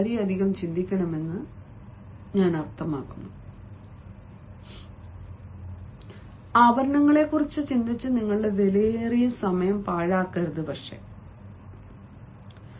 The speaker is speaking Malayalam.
അതിനാൽ ആഭരണങ്ങളെക്കുറിച്ച് ചിന്തിച്ച് നിങ്ങളുടെ വിലയേറിയ സമയം പാഴാക്കുന്നത് എന്തുകൊണ്ട്